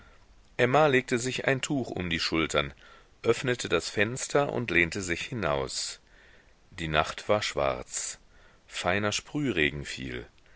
emma legte sich ein tuch um die schultern öffnete das fenster und lehnte sich hinaus die nacht war schwarz feiner sprühregen fiel